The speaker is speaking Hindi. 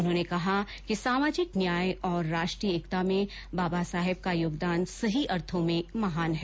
उन्होंने कहा कि सामाजिक न्याय और राष्ट्रीय एकता में बाबा साहेब का योगदान सही अर्थों में महान है